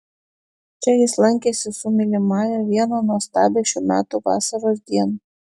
čia jis lankėsi su mylimąja vieną nuostabią šių metų vasaros dieną